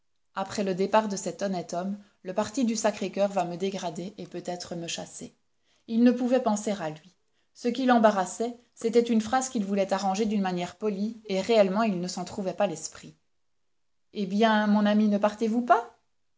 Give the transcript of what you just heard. après le départ de cet honnête homme le parti du sacré-coeur va me dégrader et peut-être me chasser il ne pouvait penser à lui ce qui l'embarrassait c'était une phrase qu'il voulait arranger d'une manière polie et réellement il ne s'en trouvait pas l'esprit hé bien mon ami ne partez-vous pas